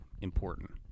important